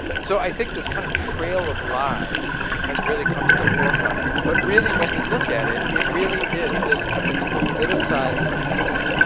so i think this kind of trail of lies has really come to the forefront. but really, when you look at it, it really is this effort to politicize the census,